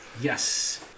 Yes